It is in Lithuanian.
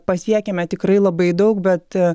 pasiekėme tikrai labai daug bet